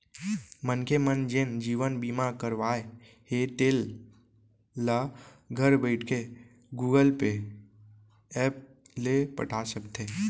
मनखे मन जेन जीवन बीमा करवाए हें तेल ल घर बइठे गुगल पे ऐप ले पटा सकथे